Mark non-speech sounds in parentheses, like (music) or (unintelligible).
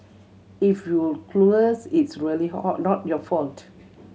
if you're clueless it's really (unintelligible) not your fault